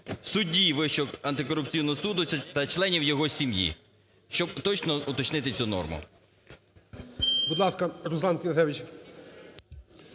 судді Вищого антикорупційного суду та членів його сім'ї. Щоб точно уточнити цю норму.